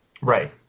Right